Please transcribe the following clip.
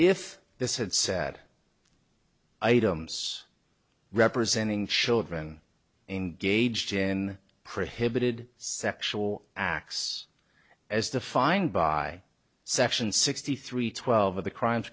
if this had said items representing children engaged in pretty heavy did sexual acts as defined by section sixty three twelve of the crimes